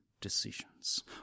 decisions